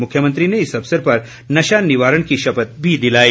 मुख्यमंत्री ने इस अवसर पर नशा निवारण की शपथ भी दिलाई